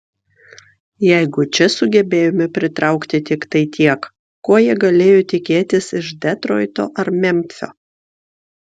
jeigu čia sugebėjome pritraukti tiktai tiek ko jie galėjo tikėtis iš detroito ar memfio